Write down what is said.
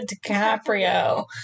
DiCaprio